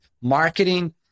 marketing